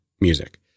music